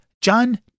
John